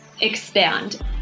expand